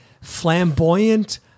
flamboyant